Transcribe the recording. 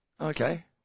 Okay